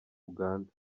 uganda